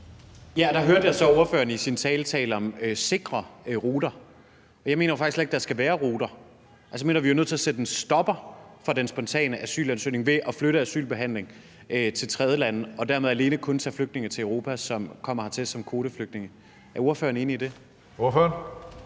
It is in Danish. Ja, og der hørte jeg så ordføreren i sin tale tale om sikre ruter. Og jeg mener jo faktisk slet ikke, at der skal være ruter. Jeg mener jo, at vi er nødt til at sætte en stopper for den spontane asylansøgning ved at flytte asylbehandlingen til tredjelande og dermed kun tage flygtninge til Europa, som kommer hertil som kvoteflygtninge. Er ordføreren enig i det? Kl.